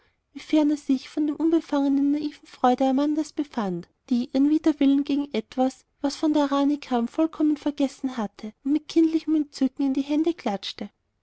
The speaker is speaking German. wie fern er sich von der unbefangenen naiven freude amandas befand die ihren widerwillen gegen etwas was von der rani kam vollkommen vergessen hatte und mit kindlichem entzücken in die hände klatschte